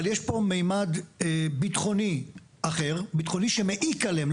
אבל יש פה ממד ביטחוני אחר, ביטחוני, שמעיק עליהם.